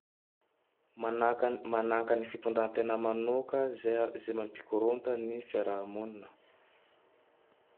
Mananka mananka ny fitondra-tegna manoka zay zay mampikoronta ny fiaraha-monigne.